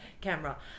camera